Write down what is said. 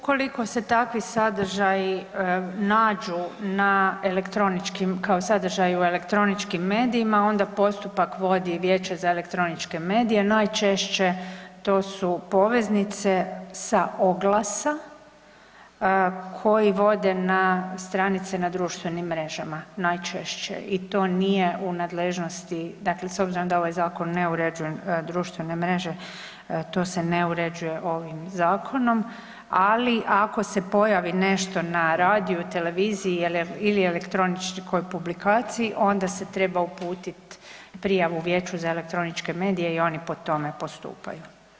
Ukoliko se takvi sadržaji nađu kao sadržaji u elektroničkim medijima onda postupak vodi Vijeće za elektroničke medije najčešće to su poveznice sa oglasa koji vode na stranice na društvenim mrežama najčešće i to nije u nadležnosti, dakle s obzirom da ovaj zakon ne uređuje društvene mreže to se ne uređuje ovim zakonom, ali ako se pojavi nešto na radiju, televiziji ili elektroničkoj publikaciji onda se treba uputit prijavu Vijeću za elektroničke medije i oni po tome postupaju.